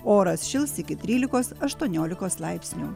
oras šils iki trylikos aštuoniolikos laipsnių